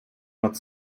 nad